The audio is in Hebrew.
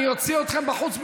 אני אוציא אתכם בחוץ,